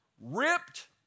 ripped